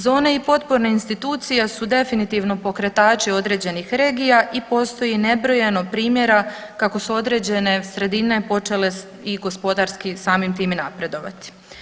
Zone i potporne institucije su definitivno pokretači određenih regije i postoji nebrojeno primjera kako su određene sredine počele i gospodarski samim tim i napredovati.